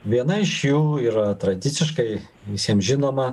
viena iš jų yra tradiciškai visiem žinoma